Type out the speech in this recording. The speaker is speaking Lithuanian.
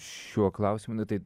šiuo klausimu nu tai